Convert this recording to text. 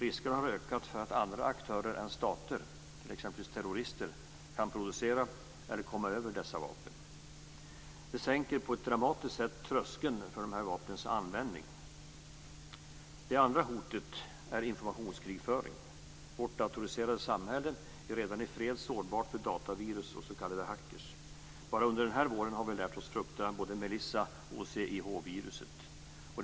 Riskerna har ökat för att andra aktörer än stater, t.ex. terrorister, kan producera eller komma över dessa vapen. Det sänker på ett dramatiskt sätt tröskeln för dessa vapens användning. Det andra hotet är informationskrigföring. Vårt datoriserade samhälle är redan i fred sårbart för datavirus och s.k. hackers. Bara under den här våren har vi lärt oss att frukta både Melissa och CIH-viruset.